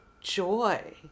joy